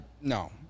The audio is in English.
No